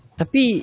tapi